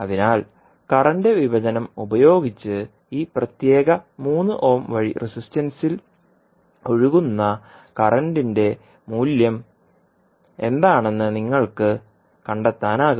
അതിനാൽ കറന്റ് വിഭജനം ഉപയോഗിച്ച് ഈ പ്രത്യേക 3 ഓം റെസിസ്റ്റൻസിൽ ഒഴുകുന്ന കറന്റിന്റെ മൂല്യം എന്താണെന്ന് നിങ്ങൾക്ക് കണ്ടെത്താനാകും